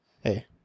hey